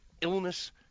illness